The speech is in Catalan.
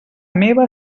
meva